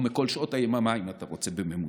או מכל שעות היממה, אם אתה רוצה, בממוצע.